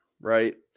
right